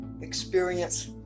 experience